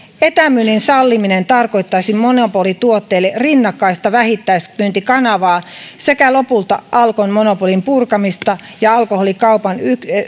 etämyynnin salliminen tarkoittaisi monopolituotteille rinnakkaista vähittäismyyntikanavaa sekä lopulta alkon monopolin purkamista ja alkoholikaupan